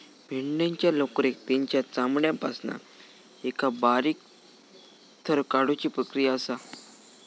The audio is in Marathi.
मेंढ्यांच्या लोकरेक तेंच्या चामड्यापासना एका बारीक थर काढुची प्रक्रिया असा